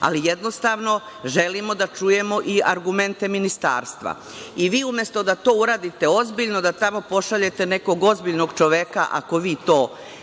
ali jednostavno želimo da čujemo i argumente ministarstva. Vi umesto to da uradite ozbiljno, da tamo pošaljete nekog ozbiljnog čoveka, ako vi to